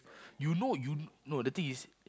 you know you no the thing is